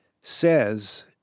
says